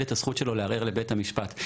למעשה את הזכות שלו לערער לבית המשפט.